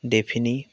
ডেফিনি